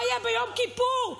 מה יהיה ביום כיפור?